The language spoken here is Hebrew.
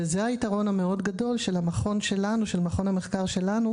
וזה היתרון של המכון שלנו, של מכון המחקר שלנו.